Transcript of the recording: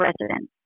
residents